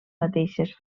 mateixes